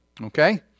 Okay